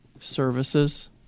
services